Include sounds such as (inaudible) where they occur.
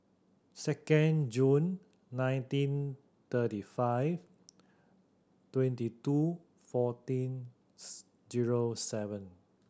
second Jun nineteen thirty five twenty two fourteen (unintelligible) zero seven